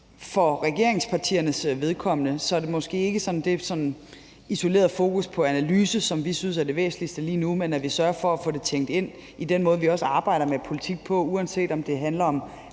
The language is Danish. For regeringspartiernes vedkommende er det måske ikke sådan det isolerede fokus på analyse, som vi synes er det væsentligste lige nu. Det væsentligste er, at vi sørger for at få det tænkt ind i den måde, vi også arbejder med politik på, uanset om det handler om